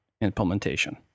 implementation